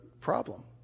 problem